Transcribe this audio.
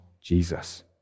Jesus